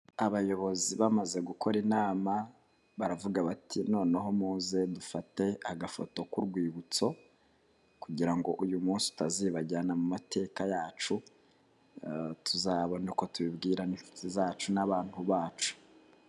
Abayobozi bamaze gukora inama baravuga bati noneho muze dufate agafoto k'urwibutso kugirango uyu munsi utazibagirana mu mateka yacu, tuzabona uko tubibwira n'inshuti zacu n'abantu bacu.